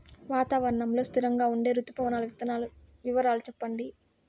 వాతావరణం లో స్థిరంగా ఉండే రుతు పవనాల వివరాలు చెప్పండి?